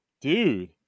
Dude